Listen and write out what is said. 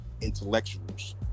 intellectuals